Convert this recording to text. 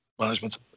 management